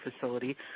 Facility